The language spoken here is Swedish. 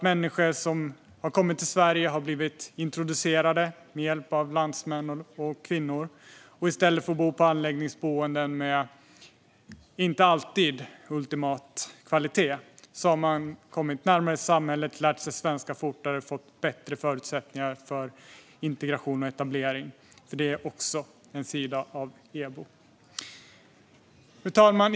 Människor som har kommit till Sverige har blivit introducerade med hjälp av landsmän och kvinnor. I stället för att bo på anläggningsboenden med inte alltid ultimat kvalitet har de kommit närmare samhället, lärt sig svenska fortare och fått bättre förutsättningar för integration och etablering. Detta är också en sida av EBO. Fru talman!